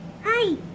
Hi